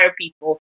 people